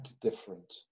different